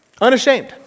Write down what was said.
Unashamed